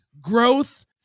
growth